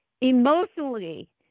Emotionally